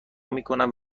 میکنن